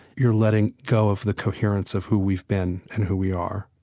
you're letting go of the coherence of who we've been and who we are.